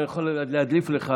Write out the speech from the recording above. אבל אני יכול להדליף לך,